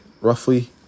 roughly